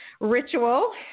ritual